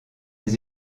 les